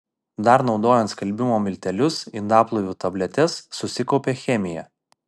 dar naudojant skalbimo miltelius indaplovių tabletes susikaupia chemija